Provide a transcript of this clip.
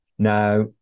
Now